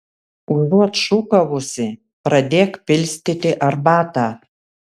užuot šūkavusi pradėk pilstyti arbatą